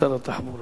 שר התחבורה.